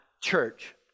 church